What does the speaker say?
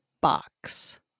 box